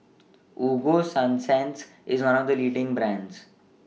Ego Sunsense IS one of The leading brands